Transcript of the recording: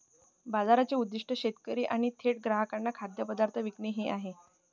बाजाराचे उद्दीष्ट शेतकरी यांनी थेट ग्राहकांना खाद्यपदार्थ विकणे हे आहे